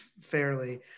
fairly